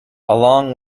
along